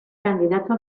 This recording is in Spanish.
candidato